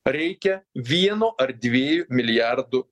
reikia vieno ar dviejų milijardų